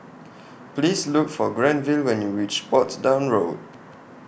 Please Look For Granville when YOU REACH Portsdown Road